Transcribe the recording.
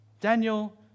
Daniel